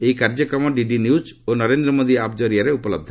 ଏହି କାର୍ଯ୍ୟକ୍ରମ DD news ଓ ନରେନ୍ଦ୍ର ମୋଦି ଆପ୍ ଜରିଆରେ ଉପଲହ୍ଧ